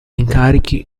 incarichi